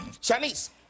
Chinese